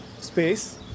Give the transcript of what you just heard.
space